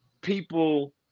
people